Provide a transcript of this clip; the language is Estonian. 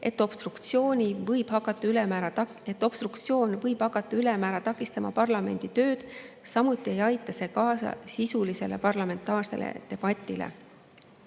et obstruktsioon võib hakata ülemäära takistama parlamendi tööd ning samuti ei aita see kaasa sisulisele parlamentaarsele debatile.